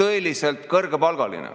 Tõeliselt kõrgepalgaline.